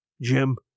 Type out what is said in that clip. Jim